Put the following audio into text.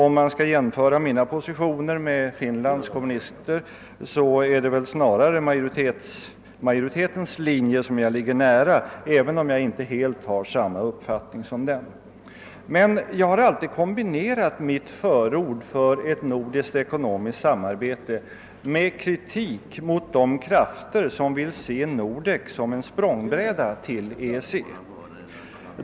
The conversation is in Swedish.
Om man skall jämföra mina positioner med de finländska kommunisternas är det snarare majoritetens linje som jag ligger nära, även om jag inte har helt samma uppfattning som den. Men jag har alltid kombinerat mitt förord för ett nordiskt ekonomiskt samarbete med kritik mot de krafter som vill se Nordek som en språngbräda till EEC.